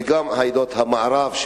וגם עדות המערב,